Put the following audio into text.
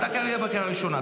אתה כרגע בקריאה ראשונה.